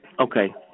Okay